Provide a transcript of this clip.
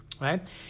right